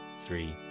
three